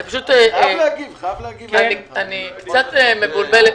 אני קצת מבולבלת.